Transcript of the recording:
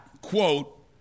quote